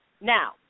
Now